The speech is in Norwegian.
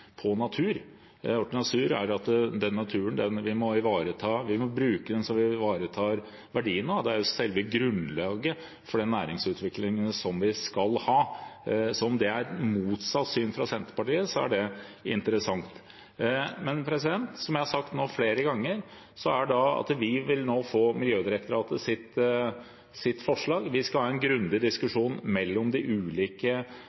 på natur. Vi må bruke naturen så vi ivaretar verdien av den. Det er selve grunnlaget for den næringsutviklingen vi skal ha. Hvis Senterpartiet har motsatt syn, er det interessant. Som jeg har sagt flere ganger, vil vi nå få Miljødirektoratets forslag. Vi skal ha en grundig